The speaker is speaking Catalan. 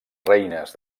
reines